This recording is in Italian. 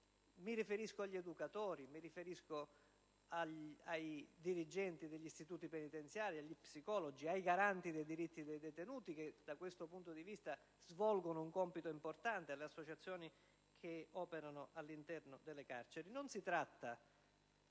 mi riferisco agli educatori, ai dirigenti degli istituti penitenziari, agli psicologi, ai garanti dei diritti dei detenuti, che da questo punto di vista svolgono un compito importante, alle associazioni che operano all'interno delle carceri. Non si tratta,